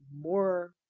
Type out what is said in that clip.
more